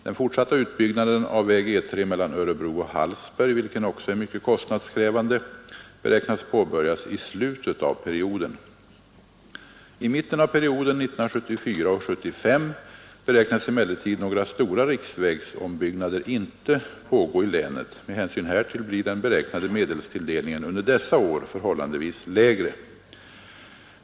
Den fortsatta utbyggnaden av väg E 3 mellan Örebro och Hallsberg, vilken också är mycket kostnadskrävande, beräknas påbörjas i slutet av perioden. I mitten av perioden — åren 1974 och 1975 — beräknas emellertid några stora riksvägsombyggnader inte pågå i länet. Med hänsyn härtill blir den beräknade medelstilldelningen under dessa år förhållandevis lägre.